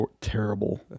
terrible